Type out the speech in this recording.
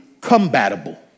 compatible